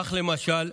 כך למשל,